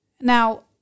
now